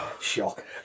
shock